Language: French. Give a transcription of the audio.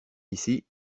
ici